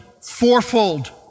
fourfold